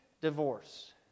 divorce